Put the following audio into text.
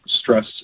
stress